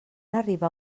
arribar